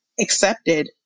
accepted